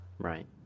right